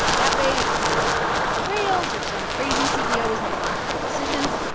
that way, if the company's going off the rails or some crazy ceo is making terrible decisions,